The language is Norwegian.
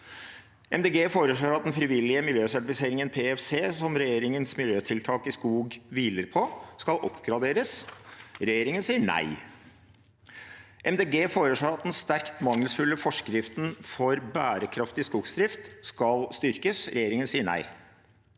foreslår at den frivillige miljøsertifiseringen PEFC, som regjeringens miljøtiltak i skog hviler på, skal oppgraderes. Regjeringen sier nei. – Miljøpartiet De Grønne foreslår at den sterkt mangelfulle forskriften for bærekraftig skogsdrift skal styrkes. Regjeringen sier nei.